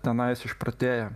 tenais išprotėjo